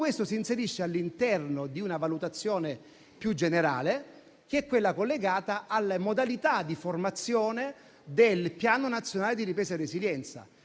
questo si inserisce all'interno di una valutazione più generale che è collegata alle modalità di formazione del Piano nazionale di ripresa e resilienza,